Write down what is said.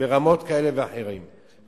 ברמות כאלה ואחרות,